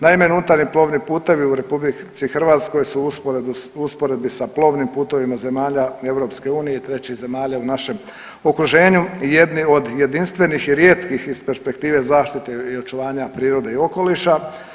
Naime, unutarnji plovni putevi u RH su usporedbi s plovnim putovima zemalja EU i trećih zemalja u našem okruženju jedni od jedinstvenih i rijetkih iz perspektive zaštite i očuvanja prirode i okoliša.